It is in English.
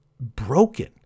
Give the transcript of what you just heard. broken